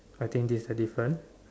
I think this is a difference